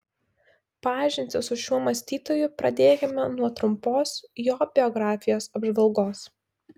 pažintį su šiuo mąstytoju pradėkime nuo trumpos jo biografijos apžvalgos